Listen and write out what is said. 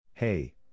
Hey